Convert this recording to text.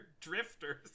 drifters